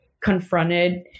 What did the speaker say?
confronted